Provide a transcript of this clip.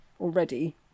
already